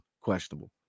questionable